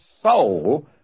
soul